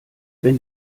wenn